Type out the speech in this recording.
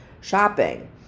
shopping